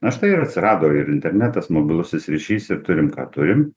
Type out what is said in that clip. na štai ir atsirado ir internetas mobilusis ryšys ir turim ką turim